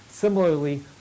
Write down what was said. Similarly